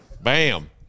Bam